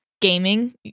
gaming